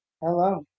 Hello